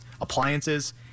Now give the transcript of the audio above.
appliances